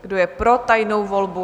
Kdo je pro tajnou volbu?